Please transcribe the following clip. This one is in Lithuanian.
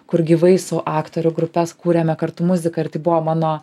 kur gyvai su aktorių grupes kūrėme kartu muziką ir tai buvo mano